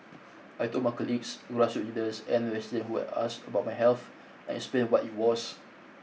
I told my colleagues grassroot leaders and residents who had asked about my health and explained what it was